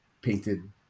painted